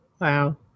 Wow